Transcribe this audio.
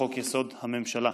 לחוק-יסוד: הממשלה.